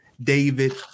David